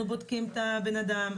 אנחנו בודקים את הבן אדם,